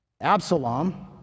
absalom